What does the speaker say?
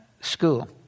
school